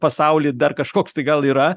pasauly dar kažkoks tai gal yra